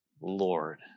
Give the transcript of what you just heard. Lord